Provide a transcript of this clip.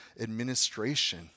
administration